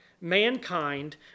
Mankind